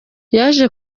yaje